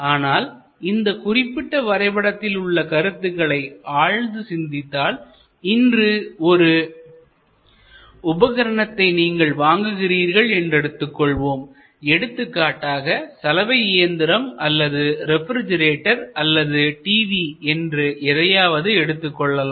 ஆனால் இந்த குறிப்பிட்ட வரைபடத்தில் உள்ள கருத்துக்களை ஆழ்ந்து சிந்தித்தால் இன்று ஒரு உபகரணத்தை நீங்கள் வாங்குகிறீர்கள் என்று எடுத்துக் கொள்வோம் எடுத்துக்காட்டாக சலவை இயந்திரம் அல்லது ரெப்ரிஜிரேட்டர் அல்லது டிவி என்று எதையாவது எடுத்துக்கொள்ளலாம்